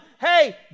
hey